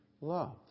love